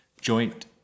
joint